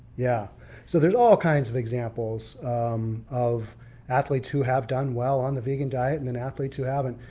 yeah so there's all kinds of examples of athletes who have done well on the vegan diet and then athletes who haven't.